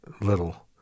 little